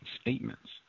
statements